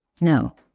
No